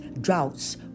droughts